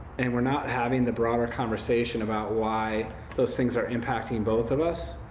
and we're not having the broader conversation about why those things are impacting both of us.